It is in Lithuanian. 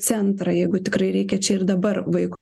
centrą jeigu tikrai reikia čia ir dabar vaik